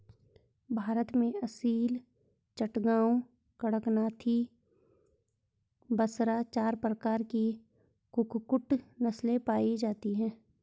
भारत में असील, चटगांव, कड़कनाथी, बसरा चार प्रकार की कुक्कुट नस्लें पाई जाती हैं